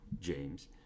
James